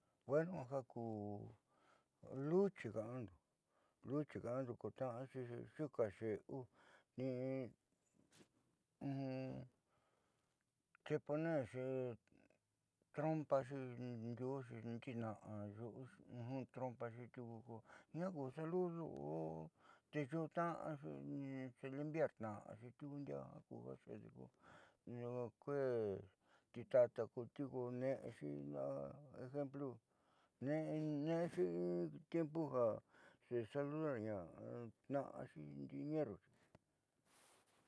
Bueno ja luchi ka'anda tnaaxi xikaxe'eu ni xe ponerxi trompaxi ndiuixi nditna'a yu'uxi trompaxi tiuku kunjia ku ja luliu a tekutna'axi xe lam biartna'axi tiuku ndiaa ku ja xede ko kue ti tata kuti ko ne'exi la'a ejemplu he'exi in tiempu ja saludartna'axi ndi'i ñerruxi.